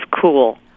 cool